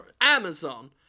Amazon